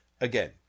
Again